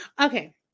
Okay